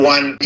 One